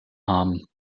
haben